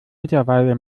mittlerweile